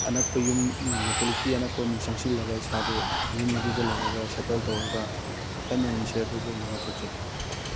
ꯑꯅꯛꯄ ꯌꯨꯝ ꯂꯣꯀꯦꯂꯤꯇꯤ ꯑꯅꯛꯄ ꯑꯝꯗ ꯆꯪꯁꯜꯂꯒ ꯏꯁꯥꯗꯣ ꯌꯨꯝ ꯑꯗꯨꯗ ꯂꯩꯔꯒ ꯁꯦꯠꯇꯜ ꯇꯧꯔꯒ ꯑꯀꯟꯕ ꯅꯣꯡꯂꯩ ꯅꯨꯡꯁꯤꯠ ꯑꯗꯨꯕꯨ ꯑꯩꯅ ꯉꯥꯛꯊꯣꯛꯆꯈꯤ